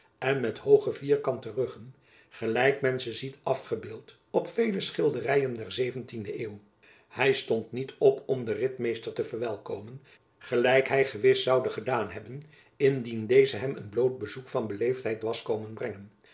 en met hooge vierkante ruggen gelijk men ze ziet afgebeeld op vele schilderyen der zeventiende eeuw hy stond niet op om den ritmeester te verwelkomen gelijk hy gewis zoude gedaan hebben indien deze hem een bloot bezoek van beleefdheid was komen brengen